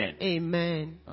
Amen